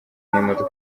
n’imodoka